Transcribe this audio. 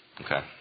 Okay